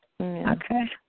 Okay